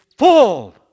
Full